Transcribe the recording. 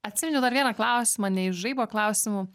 atsiminiau dar vieną klausimą ne iš žaibo klausimų